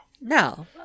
No